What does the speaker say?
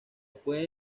fue